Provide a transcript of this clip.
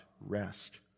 rest